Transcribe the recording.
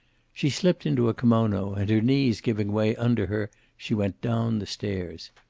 she slipped into a kimono, and her knees giving way under her she went down the stairs.